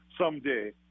someday